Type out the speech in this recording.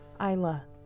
Isla